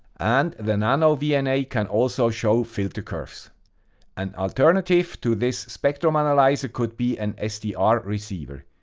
and the nanovna can also show filter curves an alternative to this spectrum analyzer could be an sdr receiver.